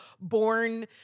born